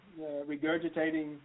regurgitating